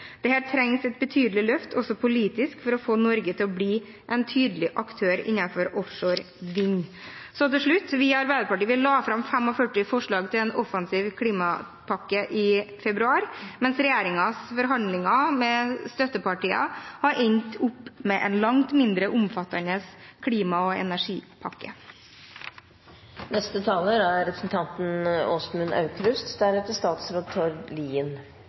2020. Her trengs det et betydelig løft, også politisk, for å få Norge til å bli en tydelig aktør innenfor offshore vind. Til slutt: Vi i Arbeiderpartiet la fram 45 forslag til en offensiv klimapakke i februar, mens regjeringens forhandlinger med støttepartiene har endt opp med en langt mindre omfattende klima- og